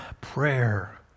Prayer